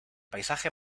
paisaje